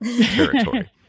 territory